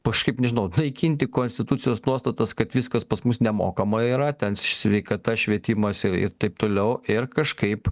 kažkaip nežinau naikinti konstitucijos nuostatas kad viskas pas mus nemokama yra ten sveikata švietimas ir ir taip toliau ir kažkaip